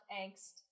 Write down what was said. angst